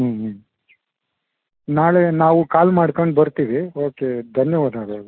ನಾಳೆ ನಾವು ಕಾಲ್ ಮಾಡ್ಕಂಡು ಬರ್ತೀವಿ ಓಕೆ ಧನ್ಯವಾದಗಳು